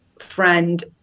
friend